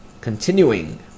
continuing